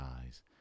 eyes